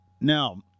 Now